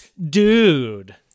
dude